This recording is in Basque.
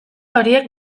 horiek